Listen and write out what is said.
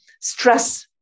stress